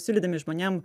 siūlydami žmonėm